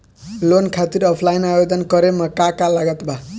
Loan खातिर offline आवेदन करे म का का लागत बा?